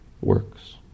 works